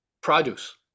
produce